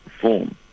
form